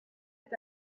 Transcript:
est